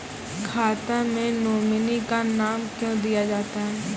खाता मे नोमिनी का नाम क्यो दिया जाता हैं?